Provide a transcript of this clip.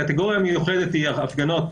קטגוריה מיוחדת היא --- הפגנות,